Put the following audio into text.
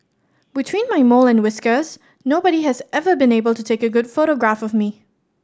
between my mole and whiskers nobody has ever been able to take a good photograph of me